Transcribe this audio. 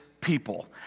people